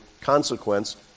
consequence